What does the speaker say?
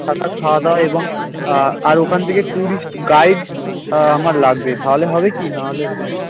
থাকা খাওয়াদাওয়া এবং আর ওখান থেকে ট্যুরিস্ট গাইড আমার লাগবে তাহলে হবে কি নাহলে বলুন